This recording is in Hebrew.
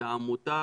זה עמותה?